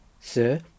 Sir